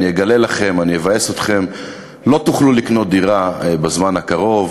אני אגלה לכם ואני אבאס אתכם: לא תוכלו לקנות דירה בזמן הקרוב.